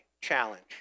challenge